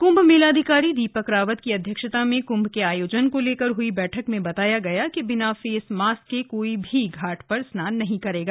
कंभ मेलाधिकारी दीपक रावत की अध्यक्षता में क्म्भ के आयोजन को लेकर हुई बैठक में बताया गया कि बिना फेस मास्क के कोई भी घाट पर स्नान नहीं करेगा